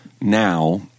now